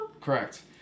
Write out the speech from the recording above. Correct